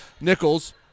Nichols